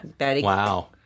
Wow